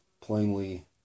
plainly